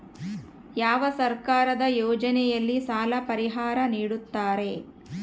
ಯಾವ ಸರ್ಕಾರದ ಯೋಜನೆಯಲ್ಲಿ ಸಾಲ ಪರಿಹಾರ ನೇಡುತ್ತಾರೆ?